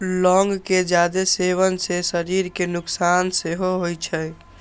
लौंग के जादे सेवन सं शरीर कें नुकसान सेहो होइ छै